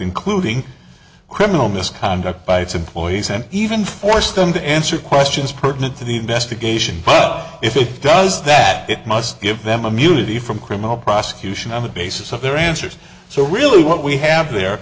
including criminal misconduct by its employees and even forced them to answer questions pertinent to the investigation but up if it does that it must give them immunity from criminal prosecution on the basis of their answers so really what we have there